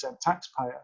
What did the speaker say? taxpayer